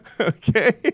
Okay